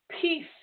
peace